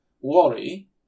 worry